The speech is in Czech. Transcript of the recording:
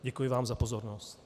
Děkuji vám za pozornost.